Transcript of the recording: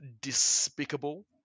despicable